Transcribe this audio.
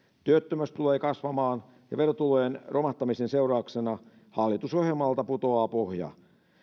työttömyys tulee kasvamaan ja verotulojen romahtamisen seurauksena hallitusohjelmalta putoaa pohja